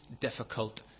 difficult